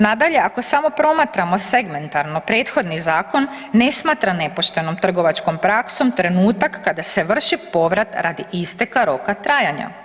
Nadalje, ako samo promatramo segmentarno prethodni zakon ne smatra nepoštenom trgovačkom praksom trenutak kada se vrši povrat radi isteka roka trajanja.